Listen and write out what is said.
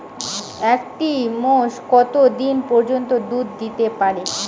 একটি মোষ কত দিন পর্যন্ত দুধ দিতে পারে?